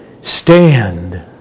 Stand